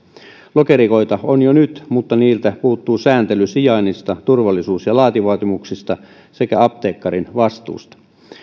lokerikoita on jo nyt mutta niiltä puuttuu sääntely sijainnista turvallisuus ja laatuvaatimuksista sekä apteekkarin vastuusta